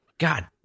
God